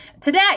today